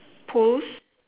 close